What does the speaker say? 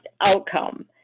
outcome